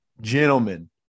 Gentlemen